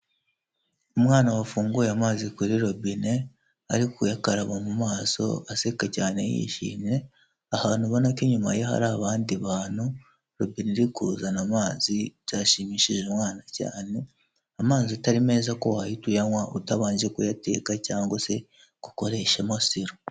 Umwana wafunguye amazi kuri robine ari kuyakaraba mu maso aseka cyane yishimye, ahantu ubona ko inyuma ye hari abandi bantu. Robine iri kuzana amazi byashimishije umwana cyane, amazi atari meza ko wahita uyanywa utabanje kuyateka cyangwa se gukoreshamo siro.